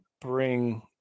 bring